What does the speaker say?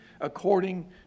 according